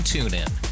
TuneIn